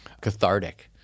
cathartic